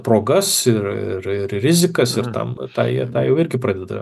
progas ir ir ir rizikas ir tam tai jie tą jau irgi pradeda